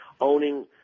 owning